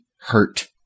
hurt